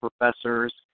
professors